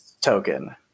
token